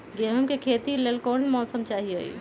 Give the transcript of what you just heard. गेंहू के खेती के लेल कोन मौसम चाही अई?